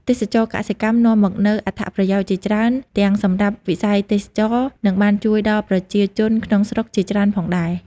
ទេសចរណ៍កសិកម្មនាំមកនូវអត្ថប្រយោជន៍ជាច្រើន ទាំងសម្រាប់វិស័យទេសចរណ៍ និងបានជួយដល់ប្រជាជនក្នុងស្រុកជាច្រើនផងដែរ ។